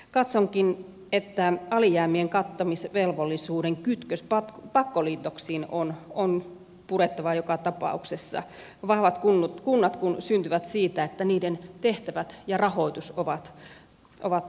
katsonkin että alijäämien kattamisvelvollisuuden kytkös pakkoliitoksiin on purettava joka tapauksessa vahvat kunnat kun syntyvät siitä että niiden tehtävät ja rahoitus ovat tasapainossa